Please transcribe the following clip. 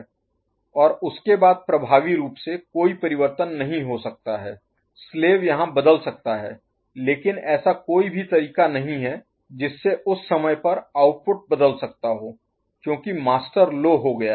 और उसके बाद प्रभावी रूप से कोई परिवर्तन नहीं हो सकता है स्लेव यहां बदल सकता हैं लेकिन ऐसा कोई भी तरीका नहीं है जिससे उस समय पर आउटपुट बदल सकता हो क्योंकि मास्टर लो हो गया है